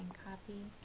copy